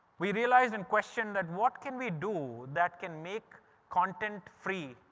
we realised in question that what can we do that can make content free.